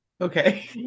Okay